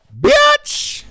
Bitch